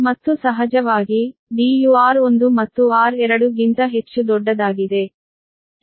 ಮತ್ತು ಸಹಜವಾಗಿ D U r1 ಮತ್ತು r2 ಗಿಂತ ಹೆಚ್ಚು ದೊಡ್ಡದಾಗಿದೆ